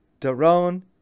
Daron